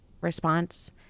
response